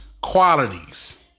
qualities